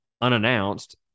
unannounced